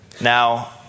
Now